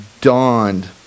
dawned